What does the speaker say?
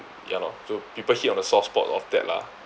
ya lor so people hit on a soft spot of that lah